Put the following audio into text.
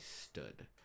stood